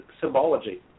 symbology